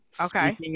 okay